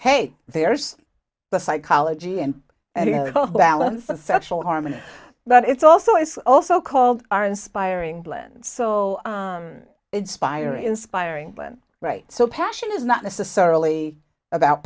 hey there's the psychology and balance of sexual harmony but it's also it's also called our inspiring blend so inspiring inspiring when right so passion is not necessarily about